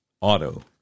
Auto